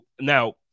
now